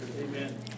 amen